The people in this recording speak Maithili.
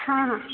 हॅं